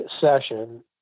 session